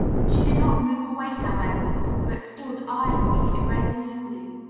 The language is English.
she did not move away, however but stood eying me irresolutely,